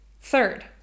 Third